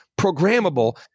programmable